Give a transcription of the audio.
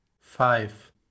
five